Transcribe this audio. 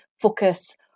focus